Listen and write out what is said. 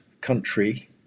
country